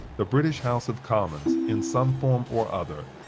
the british house of commons, in some form or other,